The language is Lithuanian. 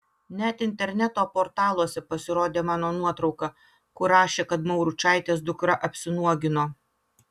net interneto portaluose pasirodė mano nuotrauka kur rašė kad mauručaitės dukra apsinuogino